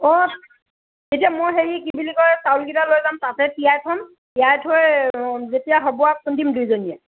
অ এতিয়া মই হেৰি কি বুলি কয় চাউলকেইটা লৈ যাম তাতে তিয়াই থ'ম তিয়াই থৈ যেতিয়া হ'ব খুন্দিম দুয়োজনীয়ে